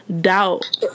doubt